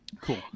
cool